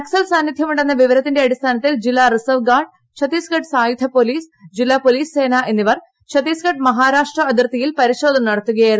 നക്സൽ സാന്നിധ്യമുണ്ടെന്ന വിവരത്തിന്റെ അടിസ്ഥാനത്തിൽ ജില്ലാ റിസർവ്വ് ഗാർഡ് ഛത്തീസ്ഗഢ് സായുധ പൊലീസ് ജില്ലാ പൊലീസ് സേന എന്നിവ ഛത്തീസ്ഗഢ് മഹാരാഷ്ട്ര അതിർത്തിയിൽ പരിശോധന നടത്തുകയായിരുന്നു